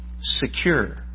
secure